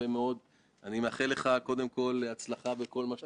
אני רוצה לומר לך וגם ליושב-ראש הכנסת יולי אדלשטיין,